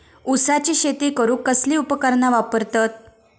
ऊसाची शेती करूक कसली उपकरणा वापरतत?